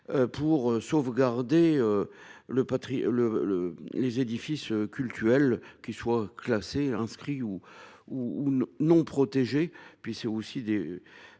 pour sauvegarder les édifices cultuels, qu’ils soient classés, inscrits ou non protégés,